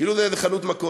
כאילו זה איזו חנות מכולת.